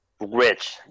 rich